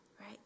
right